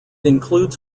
includes